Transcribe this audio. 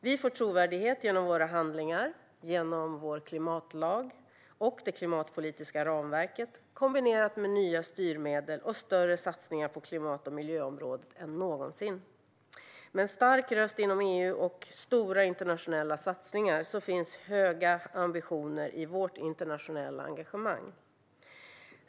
Vi får trovärdighet genom våra handlingar, genom vår klimatlag och det klimatpolitiska ramverket kombinerat med nya styrmedel och större satsningar på klimat och miljöområdet än någonsin. Med en stark röst inom EU och stora internationella satsningar finns det höga ambitioner i vårt internationella engagemang.